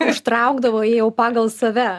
užtraukdavo ji jau pagal save